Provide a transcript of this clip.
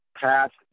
passed